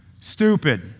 stupid